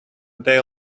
day